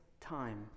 time